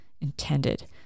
intended